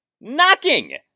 knocking